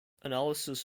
analysis